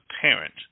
parent